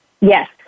Yes